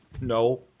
No